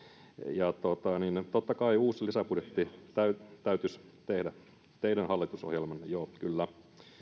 ja totta kai uusi lisäbudjetti täytyisi tehdä teidän hallitusohjelmanne joo kyllä